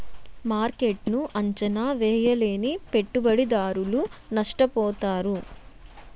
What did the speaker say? మార్కెట్ను అంచనా వేయలేని పెట్టుబడిదారులు నష్టపోతారు